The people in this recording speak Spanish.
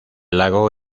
lago